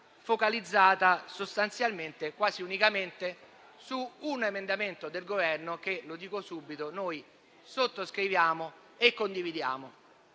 focalizzata sostanzialmente e quasi unicamente su un emendamento del Governo che - lo dico subito - noi sottoscriviamo e condividiamo.